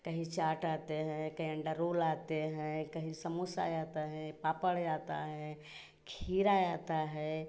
कहीं चाट आते हैं कहीं अंडा रोल आते हैं कहीं समोसा आते हैं पापड़ आता है खीरा आता है